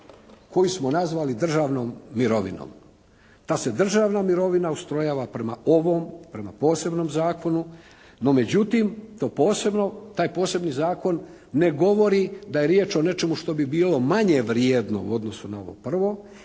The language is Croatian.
koji smo nazvali državnom mirovinom. Ta se državna mirovina ustrojava prema ovom, prema posebnom zakonu. No međutim, taj posebni zakon ne govori da je riječ o nečemu što bi bilo manje vrijedno u odnosu na ono prvo,